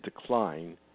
decline